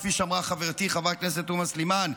כפי שאמרה חברתי חברת הכנסת תומא סלימאן,